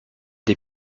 des